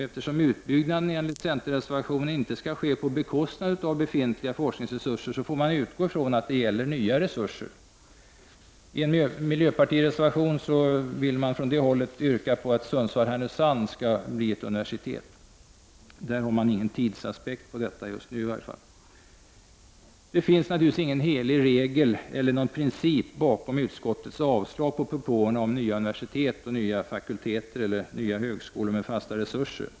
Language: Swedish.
Eftersom utbyggnaden, enligt centerreservationen, inte får ske på bekostnad av befintliga forskningsresurser, får man utgå från att det gäller nya resurser. Miljöpartiet yrkar i en reservation att högskolan i Sundsvall-Härnösand blir ett universitet. Här finns det ingen tidsaspekt än så länge. Naturligtvis är det inte någon helig regel eller princip som ligger bakom utskottets avstyrkande beträffande propåerna om nya universitet, nya fakulteter och nya högskolor med fasta resurser.